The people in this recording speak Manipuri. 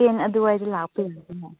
ꯇꯦꯟ ꯑꯗꯨꯋꯥꯏꯗ ꯂꯥꯛꯄ ꯌꯥꯒꯦꯔꯥ